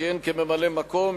שכיהן כממלא-מקום,